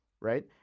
right